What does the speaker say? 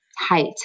height